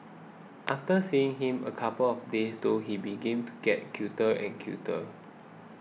after seeing him a couple of days though he began to get cuter and cuter